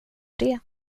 det